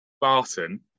Barton